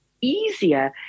easier